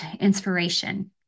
inspiration